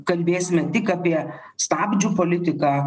kalbėsime tik apie stabdžių politiką